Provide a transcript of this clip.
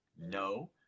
No